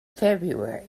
february